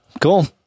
Cool